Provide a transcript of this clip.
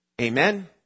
Amen